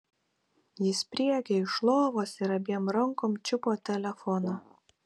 ji spriegė iš lovos ir abiem rankom čiupo telefoną